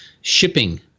shipping